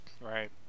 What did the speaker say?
Right